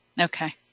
Okay